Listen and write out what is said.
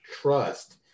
trust